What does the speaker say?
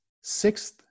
sixth